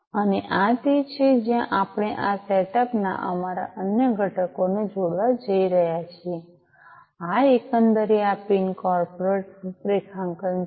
અને આ તે છે જ્યાં આપણે આ સેટઅપ ના અમારા અન્ય ઘટકોને જોડવા જઈ રહ્યા છીએ આ એકંદરે આ પિન કોર્પોરેટ રૂપરેખાંકન છે